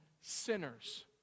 sinners